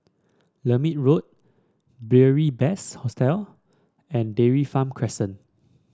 Lermit Road Beary Best Hostel and Dairy Farm Crescent